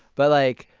but, like,